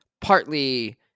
partly